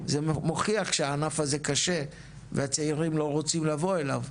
זה מוכיח שהענף הזה קשה והצעירים לא רוצים לבוא אליו.